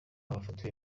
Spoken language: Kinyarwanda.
abafatiwe